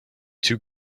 two